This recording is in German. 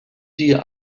dir